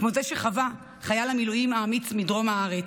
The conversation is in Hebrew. כמו זה שחווה חייל המילואים האמיץ מדרום הארץ,